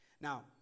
Now